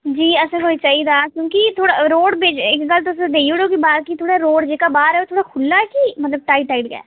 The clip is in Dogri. जी असेंगी थोह्ड़ा चाहिदा क्योंकि थोह् रोड़ जेह्का बाहर ऐ खु'ल्ला ऐ कि मतलब टाइट टाइट ऐ